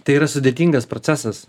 tai yra sudėtingas procesas